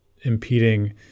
impeding